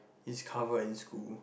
it's covered in school